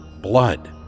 blood